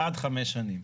עד חמש שנים.